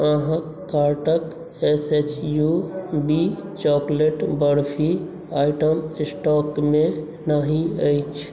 अहाँके कार्टक S H U B chocolate barfi item stock मे नहि अछि